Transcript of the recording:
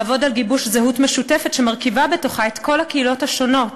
לעבוד על גיבוש זהות משותפת שמרכיבה בתוכה את כל הקהילות השונות,